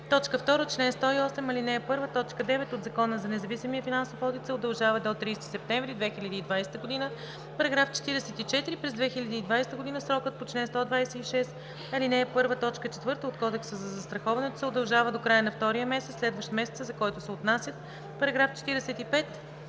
2. член 108, ал. 1, т. 9 от Закона за независимия финансов одит се удължава до 30 септември 2020 г. § 44. През 2020 г. срокът по чл. 126, ал. 1, т. 4 от Кодекса за застраховането се удължава до края на втория месец, следващ месеца, за който се отнасят. § 45.